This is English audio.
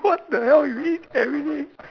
what the hell you eat everyday